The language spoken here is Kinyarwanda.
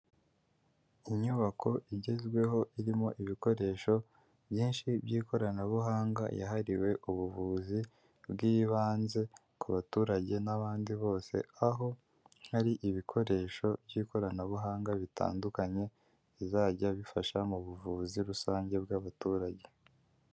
Inyubako igezweho irimo ibikoresho byinshi by'ikoranabuhanga yahariwe ubuvuzi bw'ibanze ku baturage n'abandi bose, aho hari ibikoresho by'ikoranabuhanga bitandukanye bizajya bifasha mu buvuzi rusange bw'abaturage.